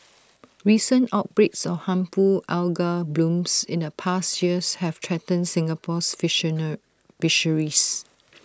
recent outbreaks of harmful algal blooms in the past years have threatened Singapore's fisheries